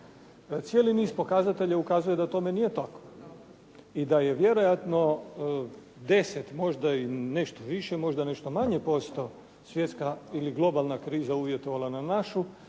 Cijeli niz pokazatelja ukazuje da tome nije tako i da je vjerojatno 10, možda i nešto više, možda nešto manje posto svjetska ili globalna kriza uvjetovala na našu